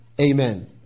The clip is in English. amen